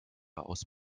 aus